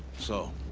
so,